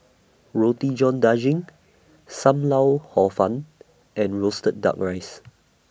Roti John Daging SAM Lau Hor Fun and Roasted Duck Rice